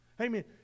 Amen